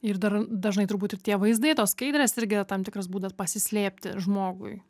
ir dar dažnai turbūt ir tie vaizdai tos skaidrės irgi tam tikras būdas pasislėpti žmogui